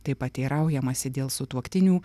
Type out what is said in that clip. taip pat teiraujamasi dėl sutuoktinių